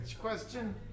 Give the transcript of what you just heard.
question